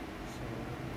so